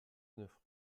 neuf